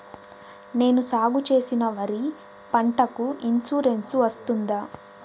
నేను సాగు చేసిన వరి పంటకు ఇన్సూరెన్సు వస్తుందా?